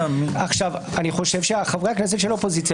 אני חושב שחברי הכנסת של האופוזיציה